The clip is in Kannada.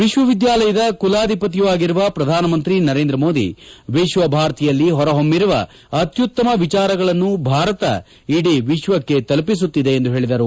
ವಿಶ್ವವಿದ್ಯಾಲಯದ ಕುಲಾಧಿಪತಿಯೂ ಆಗಿರುವ ಪ್ರಧಾನಮಂತ್ರಿ ನರೇಂದ್ರಮೋದಿ ವಿಶ್ವಭಾರತಿಯಲ್ಲಿ ಹೊರಹೊಮ್ಮಿರುವ ಆತ್ತುತ್ತಮ ವಿಚಾರಗಳನ್ನು ಭಾರತ ಇಡೀ ವಿಶ್ವಕ್ಕೆ ತಲುಪಿಸುತ್ತಿದೆ ಎಂದು ತಿಳಿಸಿದರು